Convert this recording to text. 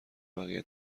بقیه